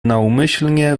naumyślnie